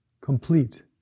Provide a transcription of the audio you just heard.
complete